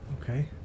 Okay